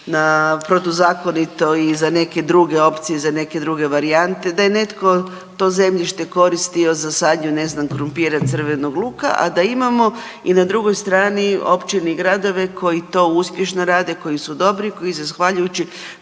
protuzakonito i za neke druge opcije, za neke druge varijante, da je netko to zemljište koristio za sadnju ne znam krumpira, crvenog luka, a da imamo i na drugoj strani općine i gradove koji to uspješno rade, koji su dobri i koji zahvaljujući